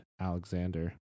alexander